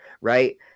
right